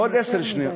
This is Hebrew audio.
עוד עשר שניות.